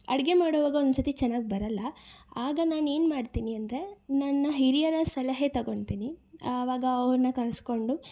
ಅಡುಗೆ ಮಾಡುವಾಗ ಒಂದು ಸತಿ ಚೆನ್ನಾಗಿ ಬರೋಲ್ಲ ಆಗ ನಾನು ಏನು ಮಾಡ್ತೀನಿ ಅಂದರೆ ನನ್ನ ಹಿರಿಯರ ಸಲಹೆ ತಗೊತೀನಿ ಆವಾಗ ಅವ್ರನ್ನು ಕರೆಸ್ಕೊಂಡು